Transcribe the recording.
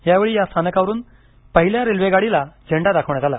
यावेळी या स्थानकावरून पहिल्या रेल्वेगाडीला झेंडा दाखवण्यात आला